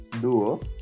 Duo